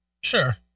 Sure